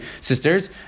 sisters